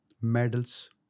medals